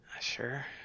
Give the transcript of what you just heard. Sure